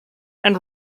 and